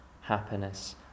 happiness